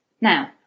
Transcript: Now